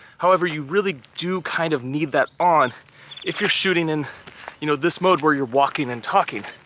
however, you really do kind of need that on if you're shooting in you know this mode where you're walking and talking.